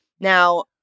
now